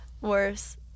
Worse